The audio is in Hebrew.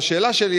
השאלה שלי,